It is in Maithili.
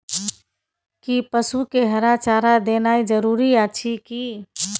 कि पसु के हरा चारा देनाय जरूरी अछि की?